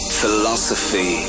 philosophy